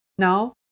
Now